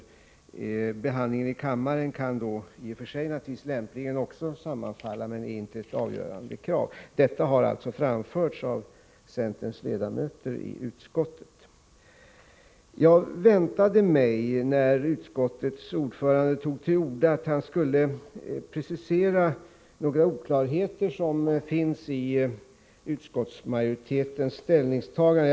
Även behandlingen i kammaren kan lämpligen sammanfalla, men det är inte ett avgörande krav. Detta har framförts av centerns ledamöter i utskottet. När utskottets ordförande tog till orda väntade jag mig att han skulle precisera några oklarheter som finns i utskottsmajoritetens ställningstagande.